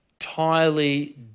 entirely